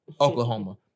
Oklahoma